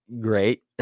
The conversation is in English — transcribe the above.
great